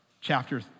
chapter